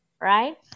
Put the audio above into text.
right